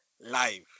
live